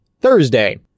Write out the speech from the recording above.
Thursday